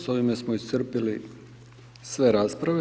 S ovime smo iscrpili sve rasprave.